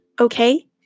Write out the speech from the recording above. okay